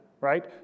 right